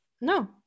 No